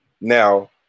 now